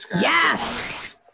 Yes